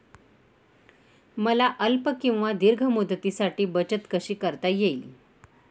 मला अल्प किंवा दीर्घ मुदतीसाठी बचत कशी करता येईल?